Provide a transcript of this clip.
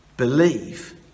Believe